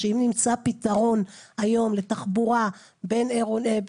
שאם נמצא היום פתרון לתחבורה עירונית,